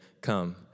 come